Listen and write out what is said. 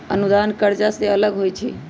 अनुदान कर्जा से अलग होइ छै